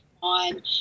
on